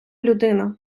людина